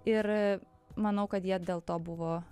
ir manau kad jie dėl to buvo